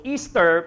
Easter